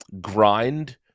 grind